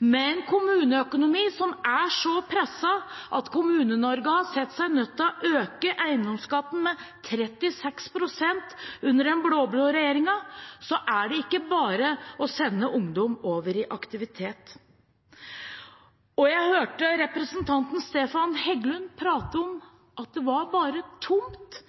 Med en kommuneøkonomi som er så presset at Kommune-Norge har sett seg nødt til å øke eiendomsskatten med 36 pst. under den blå-blå regjeringen, er det ikke bare å sende ungdom over i aktivitet. Jeg hørte representanten Stefan Heggelund i sitt innlegg prate om at det var bare tomt,